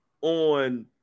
on